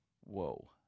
Whoa